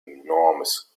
enormous